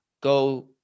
go